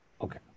Okay